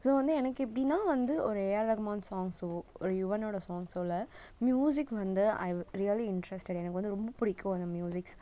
so வந்து எனக்கு எப்படின்னா வந்து ஒரு ஏஆர் ரஹ்மான் சாங்ஸோ ஒரு யுவனோட சாங்ஸோ ம்யூசிக் வந்து ஐ உட் ரியலி இன்ட்ரஸ்டட் எனக்கு வந்து ரொம்ப பிடிக்கும் அந்த ம்யூசிக்ஸ்